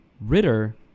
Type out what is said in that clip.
Ritter